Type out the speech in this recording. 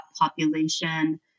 population